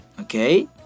Okay